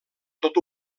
tot